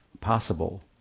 possible